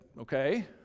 okay